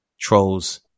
trolls